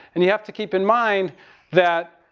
and you have to keep in mind that,